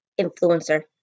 influencer